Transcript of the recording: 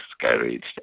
discouraged